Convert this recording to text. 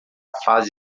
fase